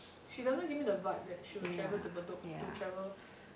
she doesn't give me the vibe that she will travel to bedok to travel